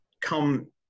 come